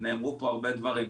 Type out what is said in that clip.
נאמרו פה הרבה דברים.